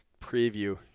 preview